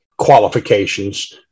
qualifications